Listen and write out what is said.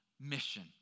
mission